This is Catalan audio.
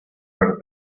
per